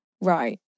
Right